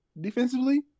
defensively